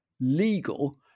legal